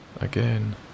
again